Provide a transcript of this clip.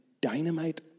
dynamite